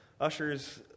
ushers